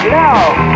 now